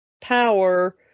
power